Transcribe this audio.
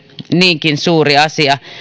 niinkin suuri asia